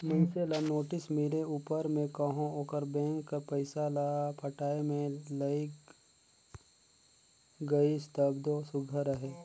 मइनसे ल नोटिस मिले उपर में कहो ओहर बेंक कर पइसा ल पटाए में लइग गइस तब दो सुग्घर अहे